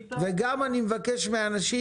גם אני מבקש מאנשים,